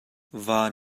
van